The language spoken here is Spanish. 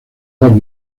dos